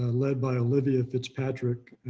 ah led by olivia fitzpatrick,